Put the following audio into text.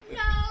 no